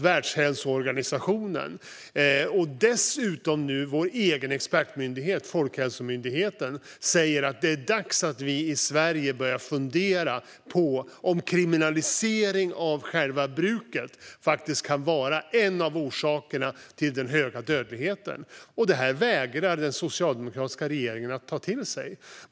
Världshälsoorganisationen och numera vår egen expertmyndighet Folkhälsomyndigheten säger att det är dags att vi i Sverige börjar fundera över om kriminalisering av själva bruket faktiskt kan vara en av orsakerna till den höga dödligheten. Det vägrar den socialdemokratiska regeringen att ta till sig.